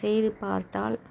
செய்து பார்த்தால்